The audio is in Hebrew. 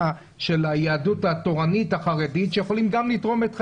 של היהדות התורנית החרדית שיכולים גם לתרום את חלקם,